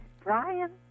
Brian